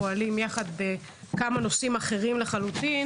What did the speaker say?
הזה - אנחנו פועלים יחד בכמה נושאים אחרים לחלוטין